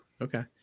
Okay